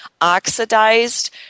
oxidized